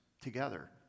together